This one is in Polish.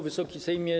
Wysoki Sejmie!